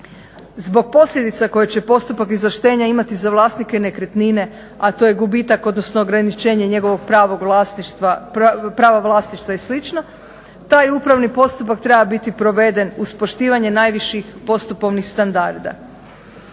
Zbog posljedica koje će postupak izvlaštenja imati za vlasnike nekretnine, a to je gubitak odnosno ograničenje njegovog prava vlasništva i slično taj upravni postupak treba biti proveden uz poštivanje najviših postupovnih standarda.